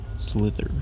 Slither